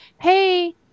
hey